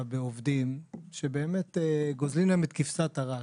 בעובדים שבאמת גוזלים להם את כבשת הרש.